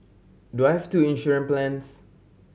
do I've two insurance plans